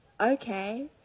okay